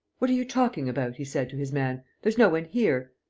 what are you talking about? he said, to his man. there's no one here.